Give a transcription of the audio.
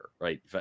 right